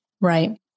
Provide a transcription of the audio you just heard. Right